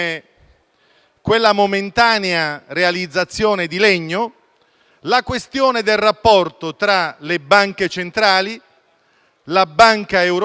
quella momentanea realizzazione di legno, la questione del rapporto tra le banche centrali, la Banca centrale